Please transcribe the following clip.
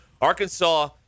Arkansas